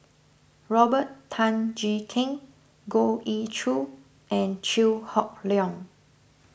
Robert Tan Jee Keng Goh Ee Choo and Chew Hock Leong